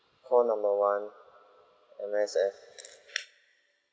call number one M_S_F